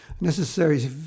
necessary